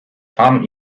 tam